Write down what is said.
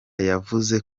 yavuze